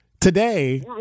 Today